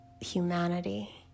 humanity